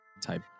type